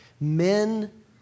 men